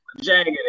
Jagged